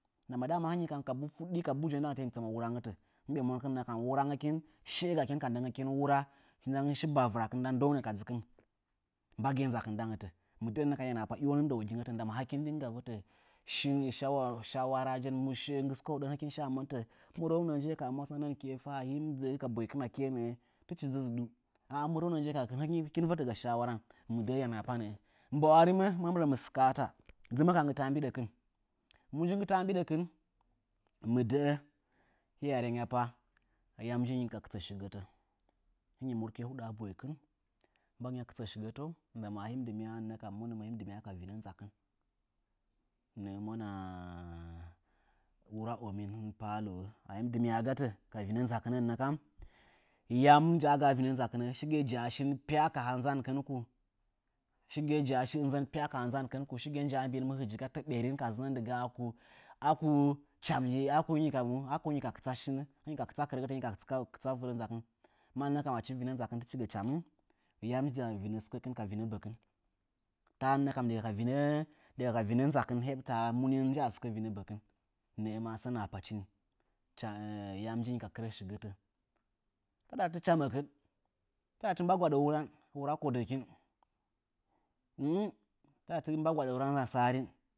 Ndama hɨnyi kam kabuu tuɗɗii hɨnyi mɨ tsama vurangətə mɨ be monkɨn hiye gakinka ndəngəkin wura, nda ndəunə wura, ka dzɨkɨn, mbagɨya nzakɨn ndangətə. Mɨ də'ən nə kam hiya nahapa iwo nji ndəwogingətə ndama hɨkin nii nda vətə shi shawara. Nji hoɗəngəkin shaa monətə, murəngu nəə njiye ɨmwasanənkɨn fa tɨchi dɨ zɨɗuu. Ah ah, murəngu hɨkin vətəga shawaran. Mbawa rimə hɨkin vətəga shawara. Mba'wa rimə? Hɨmə mɨ mɨskaata. Dzəmə ka nggɨ taambiɗəkɨn. Mu nji nggɨ taambiɗəkin? Mɨ də'ə hɨya ryanyapa ayam njinyi ka kɨtsə shigətə. Hɨnyi murkɨnə huɗaa boikɨn, mbagɨnya kɨtsə shigətəu? Ndama ahii, ahii mɨ dɨmya'a ka vinə nzakɨn nəə mwana wura omin parlowo a hii mɨ dɨmya'a gatə yamjaagaa vinə nzakɨnə? Shigɨya ja'a shin pya ka ha nzankɨnku? Shigɨya ja'a shi inzən pya ka ha nzankɨnku? Shigɨya ja'a mbii mɨ hɨjan, ɓerin ka zɨnən ku? Aku cham njinyi, hɨnyi ka kɨtsa shin hɨnyi ka kɨtsa kɨrəgətə, hɨnyi ka kɨtsa vinə nzakɨn? Mannə achi vinə nzakɨn tɨchi gɨ ka nzakɨn cham, yam nza vinə sɨkənkɨn, vinə bəkɨn? Taɗa diga ka vinə heɓtaa mu nii nji a vinə bəkɨn? Nə'ə maa sə nahapachi nii. Cha yam njinyi ka kɨrə shigətə? Taɗa tɨ chaməkɨn, taɗa tɨ mba gwaɗə wuran, wura kodəkin, taɗa tɨmba gwaɗə wura nasarin,